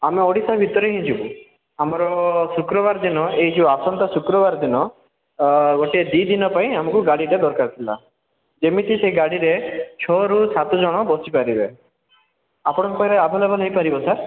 ଆମେ ଓଡ଼ିଶା ଭିତରେ ହିଁ ଯିବୁ ଆମର ଶୁକ୍ରବାର ଦିନ ଏଇ ଯୋଉ ଆସନ୍ତା ଶୁକ୍ରବାର ଦିନ ଗୋଟେ ଦୁଇ ଦିନ ପାଇଁ ଆମକୁ ଗାଡ଼ିଟା ଦରକାର ଥିଲା ଯେମିତି ସେ ଗାଡ଼ିରେ ଛଅରୁ ସାତ ଜଣ ବସିପାରିବେ ଆପଣଙ୍କର ଆଭେଲେବୁଲ୍ ହେଇପାରିବ ସାର୍